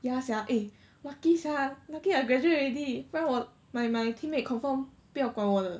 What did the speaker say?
ya sia eh lucky sia lucky I graduate already 不然我 my my teammate confirm 不要管我的